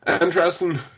Interesting